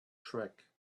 track